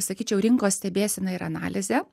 sakyčiau rinkos stebėsena ir analizė